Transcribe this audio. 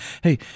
Hey